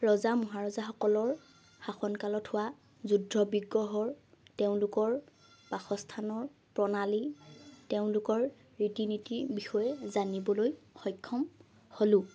ৰজা মহাৰজাসকলৰ শাসনকালত হোৱা যুদ্ধ বিগ্ৰহৰ তেওঁলোকৰ বাসস্থানৰ প্ৰণালী তেওঁলোকৰ ৰীতি নীতিৰ বিষয়ে জানিবলৈ সক্ষম হ'লোঁ